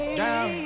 down